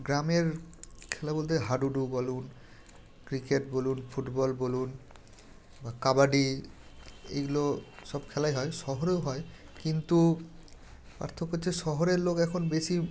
গ্রামের খেলা বলতে হাডুডু বলুন ক্রিকেট বলুন ফুটবল বলুন বা কাবাডি এইগুলো সব খেলাই হয় শহরেও হয় কিন্তু পার্থক্য হচ্ছে শহরের লোক এখন বেশি